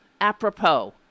apropos